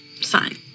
sign